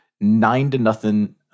nine-to-nothing